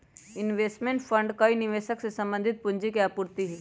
investment fund कई निवेशक से संबंधित पूंजी के आपूर्ति हई